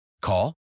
Call